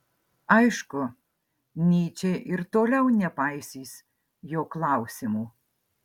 aišku nyčė ir toliau nepaisys jo klausimų